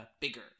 bigger